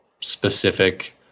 specific